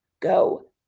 go